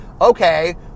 okay